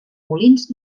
molins